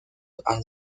han